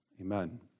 Amen